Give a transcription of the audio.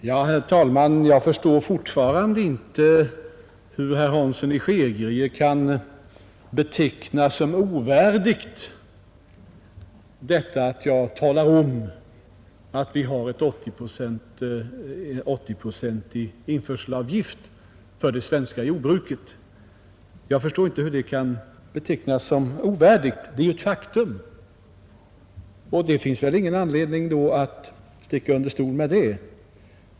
Fru talman! Jag förstår fortfarande inte hur herr Hansson i Skegrie kan beteckna som ovärdigt det förhållandet att jag talar om att vi har en 80-procentig införselavgift som skydd för det svenska jordbruket. Det är ju ett faktum, och det finns väl ingen anledning att sticka under stol med det.